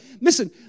listen